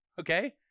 okay